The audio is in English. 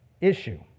issue